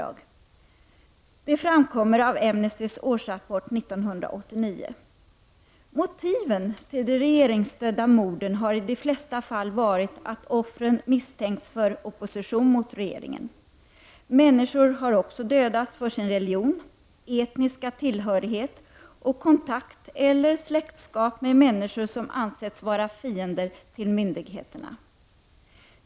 Det framkommer av Amnestys årsrapport 1989. Motiven till de regeringsstödda morden har i de flesta fall varit att offren misstänks för opposition mot regeringen. Människor har också dödats för sin religion, etniska tillhörighet och kontakt eller släktskap med människor som ansetts vara fiender till myndigheterna.